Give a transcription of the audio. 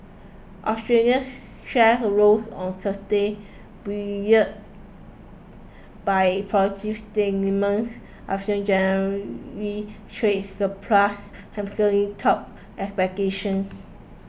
Australians shares a rose on Thursday buoyed by positive sentiments after January's trade surplus handsomely topped expectations